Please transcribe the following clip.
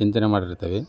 ಚಿಂತನೆ ಮಾಡಿರುತ್ತೇವೆ